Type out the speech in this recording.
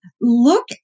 look